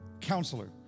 counselor